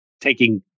taking